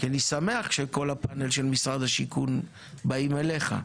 כי אני שמח שכל הפאנל של משרד השיכון באים אליך.